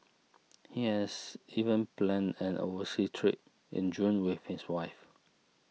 he has even planned an overseas trip in June with his wife